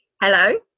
Hello